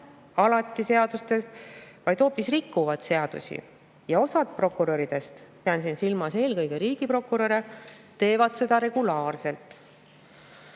alati seadustest, vaid hoopis rikuvad seadusi, ja osa prokuröridest – pean silmas eelkõige riigiprokuröre – teeb seda regulaarselt. Kuidas